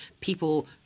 people